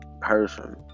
person